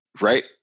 Right